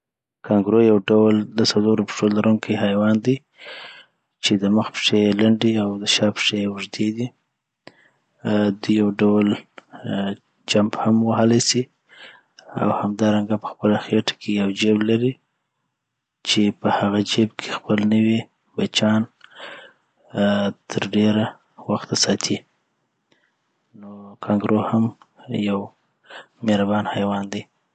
کانګرو یو ډول دڅلورو پښو لرونکي حیوان دی چی د مخ پښې یی لنډي او دشا پښې اوږدي دي آ دوي یو ډول لوي چمپ هم وهلای سی او همدارنګه په خپله خیټه کي یو جیب لري .چی په هغه جیب کي خپل نوي بچیان آ ترډیره وخته ساتي نو کانګرو هم یو مهربان حیوان دی.